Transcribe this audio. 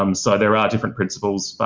um so there are different principles.